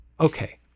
Okay